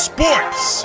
Sports